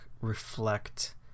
reflect